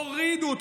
הורידו אותו.